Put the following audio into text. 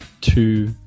two